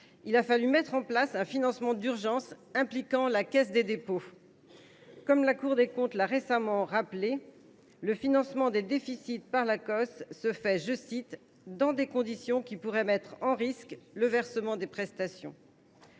il avait fallu mettre en place un financement d’urgence impliquant la Caisse des dépôts. Comme la Cour des comptes l’a récemment rappelé, le financement des déficits par l’Acoss se fait « dans des conditions qui pourraient mettre en risque le versement des prestations ».